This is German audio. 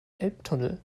elbtunnel